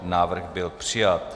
Návrh byl přijat.